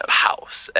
house